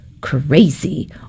crazy